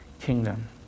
kingdom